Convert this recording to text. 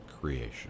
creation